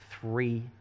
three